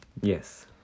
yes